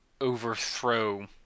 overthrow